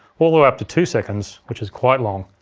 all the way up to two seconds, which is quite long.